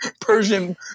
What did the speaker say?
Persian